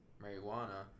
marijuana